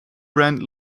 brand